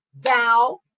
thou